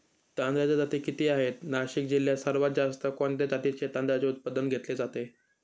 तांदळाच्या जाती किती आहेत, नाशिक जिल्ह्यात सर्वात जास्त कोणत्या जातीच्या तांदळाचे उत्पादन घेतले जाते?